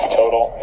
total